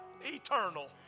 Eternal